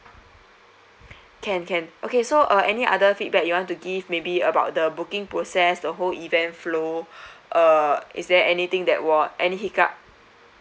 can can okay so uh any other feedback you want to give maybe about the booking process the whole event flow uh is there anything that was any hiccup